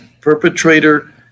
perpetrator